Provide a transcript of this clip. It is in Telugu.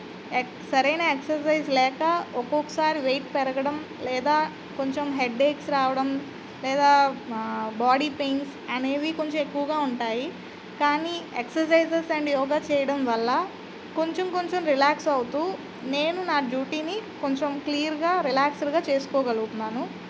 సరైన ఎక్ససైజ్ లేక ఒకొకసారి వెయిట్ పెరగడం లేదా కొంచెం హెడ్డేక్స్ రావడం లేదా బాడీ పెయిన్స్ అనేవి కొంచెం ఎక్కువగా ఉంటాయి కానీ ఎక్ససైజెస్ అండ్ యోగా చేయడం వల్ల కొంచెం కొంచెం రిలాక్స్ అవుతూ నేను నా డ్యూటీని కొంచెం క్లియర్గా రిలాక్స్డ్గా చేసుకోగలుగుతున్నాను